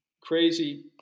crazy